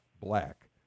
black